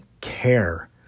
care